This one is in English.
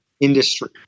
industry